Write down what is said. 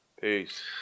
Peace